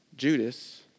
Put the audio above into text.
Judas